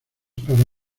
para